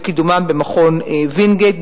וקידומם במכון וינגייט,